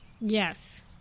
Yes